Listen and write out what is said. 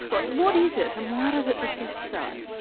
but what is it and why does it persist so?